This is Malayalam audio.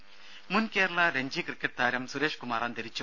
രുര മുൻ കേരളാ രഞ്ജി ക്രിക്കറ്റ് താരം സുരേഷ്കുമാർ അന്തരിച്ചു